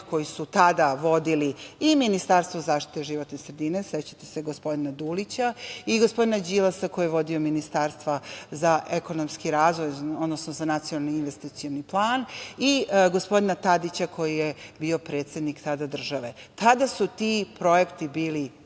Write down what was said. koji su tada vodili i Ministarstvo za zaštitu životne sredine, sećate se gospodina Dulića i gospodina Đilasa, koji je vodio Ministarstvo za ekonomski razvoj, odnosno za nacionalni i investicioni plan i gospodina Tadića, koji je bio tada predsednik države. Tada su ti projekti bili